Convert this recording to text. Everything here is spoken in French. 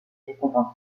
récompensé